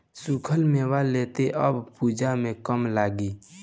सुखल मेवा लेते आव पूजा में काम लागी